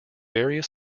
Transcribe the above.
various